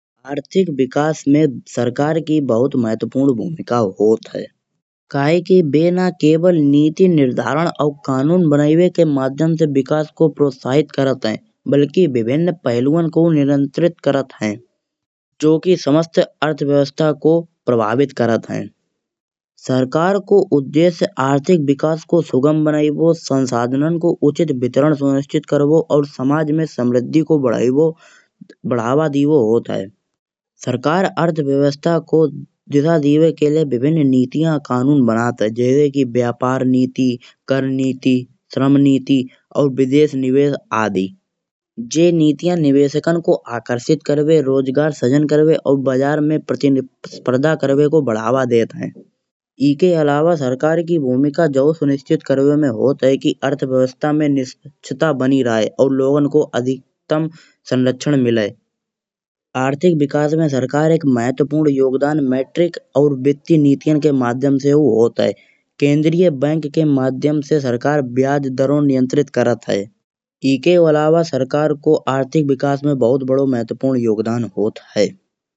आर्थिक विकास में सरकार की बहुत महत्वपूर्ण भूमिका होत है। काएकी वे न केवळ नीचे निर्धारण और कानून बनाइबे के माध्यम से विकास को प्रोत्साहित करत है बल्कि विभिन्न पहलुवो को नियंत्रित करत है जो कि समस्थ अर्थविवस्ता को प्रभावित करत है। सरकार को उद्देश्य आर्थिक विकास को सुगम बनाइबो संसाधनन को उचित वितरण सुनिश्चित करबो। और समाज में समृद्धि को बढ़ाइबो बढ़ावा दाइबो होत है। सरकार अर्थविवस्था को दिशा देबो के लये विभिन्न नीतिया और कानून बनत है जैसे कि व्यापार नीति, कर नीति, श्रम नीति और विदेश निवश आदि। जे नीतिया निवेशकन को आकर्षित करबे रोजगार सजन करबे और बाजार में प्रतिनिस्पदा करबे को बढ़ावा देत है। इके अलावा सरकार की भूमिका जोहू सुरक्षित करबे में होत है। कि अर्थव्यवस्था में निश्चिक्ता बनी राये और लोगन को अधिकतम संरक्षण मिले। आर्थिक विकास में सरकार एक महत्वपूर्ण योगदान मैट्रिक और व्यक्तिगत नीतियन के माध्यम से भी होत है। केंद्रीय बैंक के माध्यम से सरकार ब्याज दर और नियंत्रित करत है। इके अलावा सरकार को आर्थिक विकास में बहुत बड़ो महत्वपूर्ण योगदान होत है।